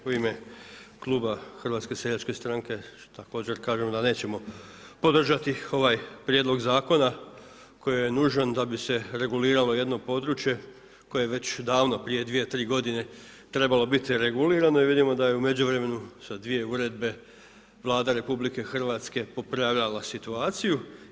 U ime Kluba HSS-a, također kažem da nećemo podržati ovaj prijedlog zakona koji je nužan da bi se reguliralo jedno područje koje je već davno prije 2, 3 godine trebalo biti regulirano i vidimo da je u međuvremenu sa dvije uredbe Vlada RH popravljala situaciju.